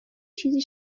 چیزی